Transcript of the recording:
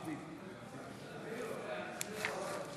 מצביעה חיים כץ, אינו נוכח ישראל כץ,